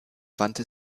wandte